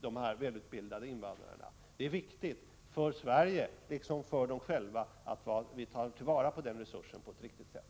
Det är viktigt för Sverige, liksom för dem själva, att vi tar till vara den resursen på ett riktigt sätt.